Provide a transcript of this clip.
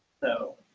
so,